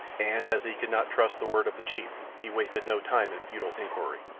and as he could not trust the word of the chief, he wasted no time in futile inquiry.